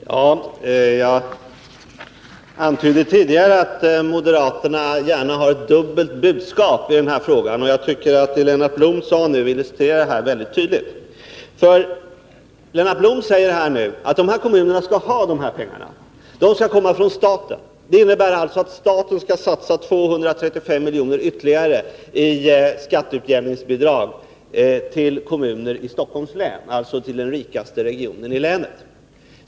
Herr talman! Jag antydde tidigare att moderaterna gärna har ett dubbelt budskap i den här frågan, och jag tycker att vad Lennart Blom sade nu illustrerar detta mycket tydligt. Lennart Blom sade att de här kommunerna skall ha dessa pengar, och de skall komma från staten. Det innebär alltså att staten skall satsa 235 milj.kr. ytterligare i skatteutjämningsbidrag till kommuner i Stockholms län — alltså till den rikaste regionen i landet.